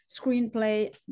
screenplay